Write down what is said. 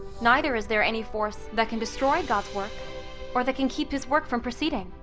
neither is there any force that can destroy god's work or that can keep his work from proceeding.